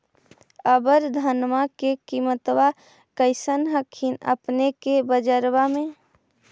अबर धानमा के किमत्बा कैसन हखिन अपने के बजरबा में?